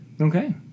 Okay